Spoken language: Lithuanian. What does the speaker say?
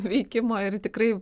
veikimo ir tikrai